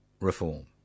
reform